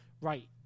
right